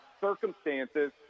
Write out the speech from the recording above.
circumstances